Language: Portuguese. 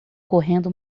correndo